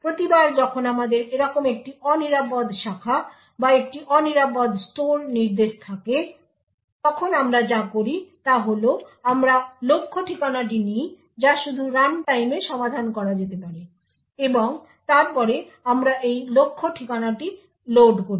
প্রতিবার যখন আমাদের এরকম একটি অনিরাপদ শাখা বা একটি অনিরাপদ স্টোর নির্দেশ থাকে তখন আমরা যা করি তা হল আমরা লক্ষ্য ঠিকানাটি নিই যা শুধুমাত্র রানটাইমে সমাধান করা যেতে পারে এবং তারপরে আমরা এই লক্ষ্য ঠিকানাটি লোড করি